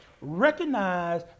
Recognize